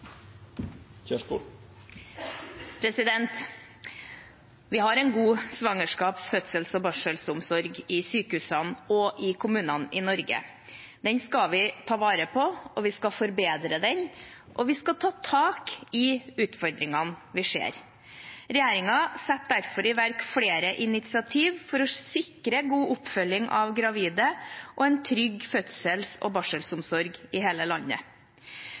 i sykehusene og i kommunene i Norge. Den skal vi ta vare på, og vi skal forbedre den, og vi skal ta tak i utfordringene vi ser. Regjeringen setter derfor i verk flere initiativ for å sikre god oppfølging av gravide og en trygg fødsels- og barselomsorg i hele landet.